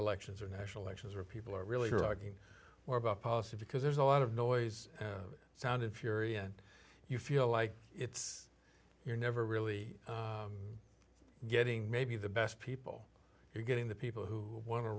elections or national elections where people are really rocking where about policy because there's a lot of noise sounded fury and you feel like it's you're never really getting maybe the best people you're getting the people who wan